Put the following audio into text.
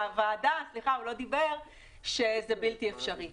לוועדה, שזה בלתי אפשרי.